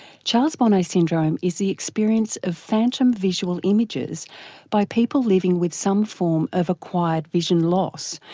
charles bonnet syndrome is the experience of phantom visual images by people living with some form of acquired vision loss,